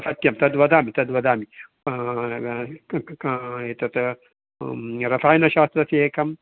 सत्यं तद् वदामि तद्वदामि एतत् रसायनशास्त्रस्य एकम्